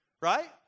right